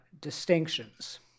distinctions